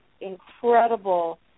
incredible